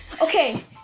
Okay